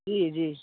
जी जी